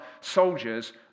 soldiers